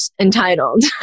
entitled